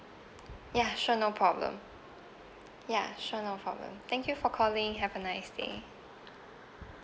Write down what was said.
ya sure no problem ya sure no problem thank you for calling have a nice day